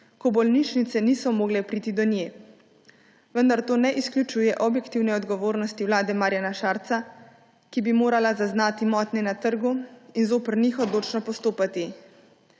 ko bolnišnice niso mogle priti do nje. Vendar to ne izključuje objektivne odgovornosti vlade Marjana Šarca, ki bi morala zaznati motnje na trgu in zoper njih odločno postopati.